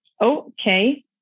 okay